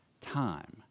time